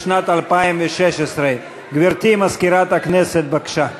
לשנת 2016. גברתי מזכירת הכנסת, בבקשה.